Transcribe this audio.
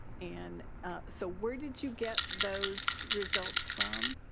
and so where did you get those results from?